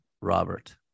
Robert